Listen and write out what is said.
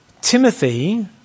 Timothy